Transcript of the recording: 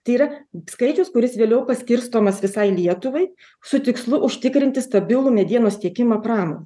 tai yra skaičius kuris vėliau paskirstomas visai lietuvai su tikslu užtikrinti stabilų medienos tiekimą pramonei